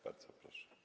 Bardzo proszę.